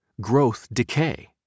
Growth-decay